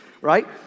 right